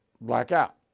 blackout